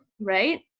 Right